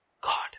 God